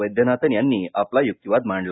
वैद्यनाथन यांनी आपला युक्तिवाद मांडला